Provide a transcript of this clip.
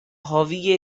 حاوی